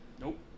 Nope